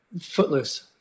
footloose